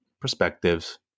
perspectives